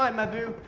um my boo,